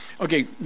Okay